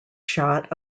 shot